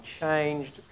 changed